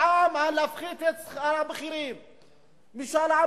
על הגדלת שכר הבכירים אני רוצה משאל עם.